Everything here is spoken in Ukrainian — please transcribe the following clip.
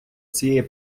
цієї